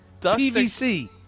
PVC